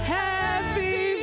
happy